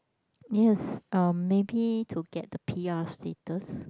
yes um maybe to get the p_r status